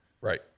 Right